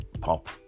Pop